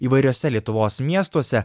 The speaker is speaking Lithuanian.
įvairiuose lietuvos miestuose